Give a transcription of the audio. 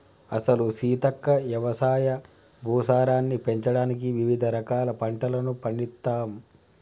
అసలు సీతక్క యవసాయ భూసారాన్ని పెంచడానికి వివిధ రకాల పంటలను పండిత్తమ్